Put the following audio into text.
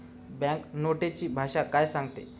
Bank नोटेची भाषा काय असते?